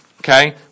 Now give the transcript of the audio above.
okay